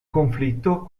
conflitto